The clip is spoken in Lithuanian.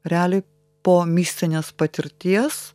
realiai po mistinės patirties